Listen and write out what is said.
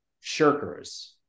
Shirkers